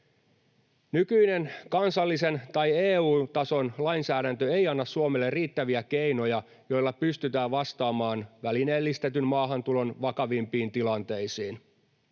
Nykyinen kansallisen tai EU-tason lainsäädäntö ei anna Suomelle riittäviä keinoja, joilla pystytään vastaamaan välineellistetyn maahantulon vakavimpiin tilanteisiin.